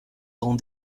dans